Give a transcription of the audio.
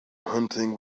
hunting